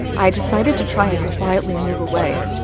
i decided to try and quietly move away.